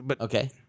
Okay